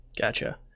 Gotcha